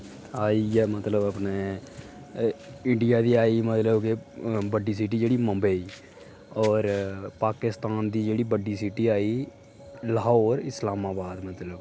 आई गे मतलब अपने इंडिया दी आई मतलब कि बड्डी सिटी जेह्ड़ी मुंबई होर पाकिस्तान दी जेह्ड़ी बड्डी सिटी आई ल्हौर इस्लामावाद मतलब